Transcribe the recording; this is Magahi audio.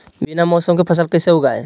बिना मौसम के फसल कैसे उगाएं?